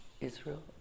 Israel